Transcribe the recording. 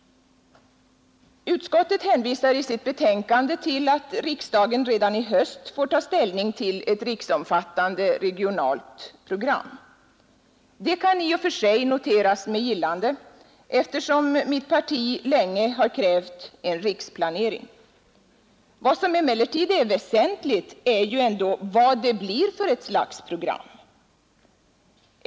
Utskottet hänvisar i sitt betänkande till att riksdagen redan i höst får ta ställning till ett riksomfattande regionalt program. Det kan i och för sig noteras med gillande, eftersom mitt parti länge krävt en riksplanering. Vad som emellertid är väsentligt är ju ändå vad det blir för slags program.